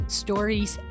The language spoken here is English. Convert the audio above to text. stories